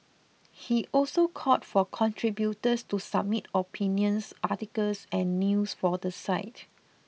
he also called for contributors to submit opinions articles and news for the site